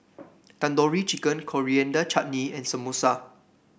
Tandoori Chicken Coriander Chutney and Samosa